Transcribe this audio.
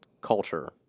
culture